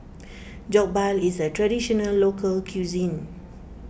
Jokbal is a Traditional Local Cuisine